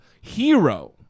hero